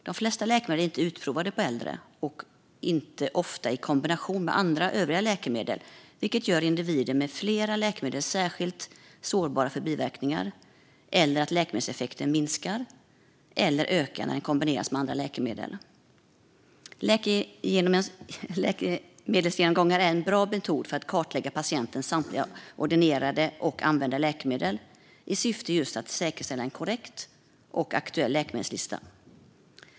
De flesta läkemedel är inte utprovade på äldre och ofta inte i kombination med övriga läkemedel. Det gör att individer med flera läkemedel blir särskilt sårbara för biverkningar eller att läkemedelseffekten minskar eller ökar när läkemedlet kombineras med andra läkemedel. Läkemedelsgenomgångar är en bra metod för att kartlägga patientens samtliga ordinerade och använda läkemedel i syfte att just säkerställa en korrekt och aktuell läkemedelslista.